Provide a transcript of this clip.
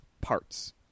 parts